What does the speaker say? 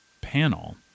panel